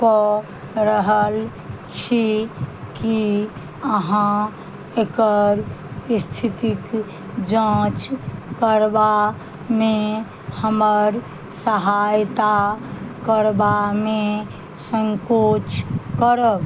कऽ रहल छी कि अहाँ एकर इस्थितिके जाँच करबामे हमर सहायता करबामे सँकोच करब